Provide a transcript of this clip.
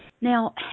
now